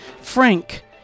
Frank